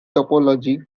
topology